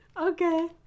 okay